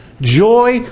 Joy